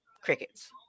crickets